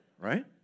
right